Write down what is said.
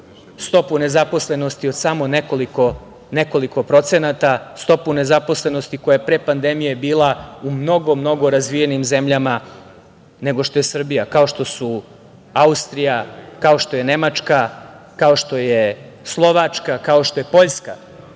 stopu nezaposlenosti od samo nekoliko procenata, stopu nezaposlenosti koja je pre pandemije bila u mnogo razvijenijim zemljama nego što je Srbija, kao što su Austrija, kao što je Nemačka, kao što je Slovačka, kao što je Poljska. Srbija